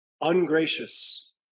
ungracious